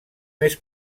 més